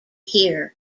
here